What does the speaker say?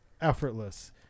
effortless